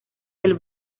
del